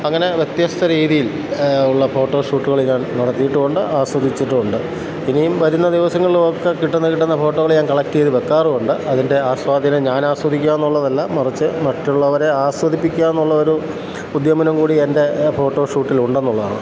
അങ്ങനെ വ്യത്യസ്ത രീതിയിൽ ഉള്ള ഫോട്ടോ ഷൂട്ടുകൾ ഞാൻ നടത്തിയിട്ടുമുണ്ട് ആസ്വദിച്ചിട്ടും ഉണ്ട് ഇനിയും വരുന്ന ദിവസങ്ങളും ഒക്കെ കിട്ടുന്ന കിട്ടുന്ന ഫോട്ടോകൾ ഞാൻ കളക്റ്റ് ചെയ്ത് വെക്കാറും ഉണ്ട് അതിൻ്റെ ആസ്വാദീനം ഞാൻ ആസ്വദിക്കുകയെന്നുള്ളതല്ല മറിച്ച് മറ്റുള്ളവരെ ആസ്വദിപ്പിക്കുകയെന്നുള്ളൊരു ഉദ്യമനം കൂടി എൻ്റെ ഫോട്ടോ ഷൂട്ടിൽ ഉണ്ടെന്നുള്ളതാണ്